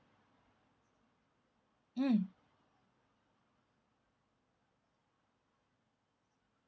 mm